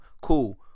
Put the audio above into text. cool